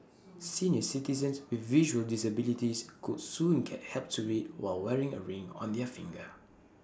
senior citizens with visual disabilities could soon get help to read while wearing A ring on their finger